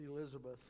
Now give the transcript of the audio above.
Elizabeth